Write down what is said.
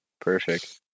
perfect